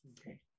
Okay